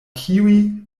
kiuj